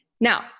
Now